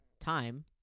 time